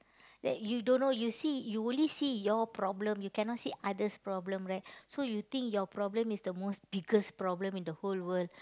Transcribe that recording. that you don't know you see you only see your problem you cannot see others' problem right so you think your problem is the most biggest problem in the whole world